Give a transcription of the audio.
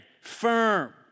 firm